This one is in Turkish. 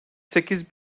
sekiz